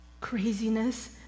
craziness